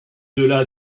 delà